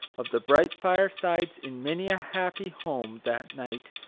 of the bright firesides in many a happy home that night,